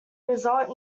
result